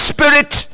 Spirit